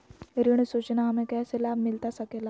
ऋण सूचना हमें कैसे लाभ मिलता सके ला?